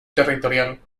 territorial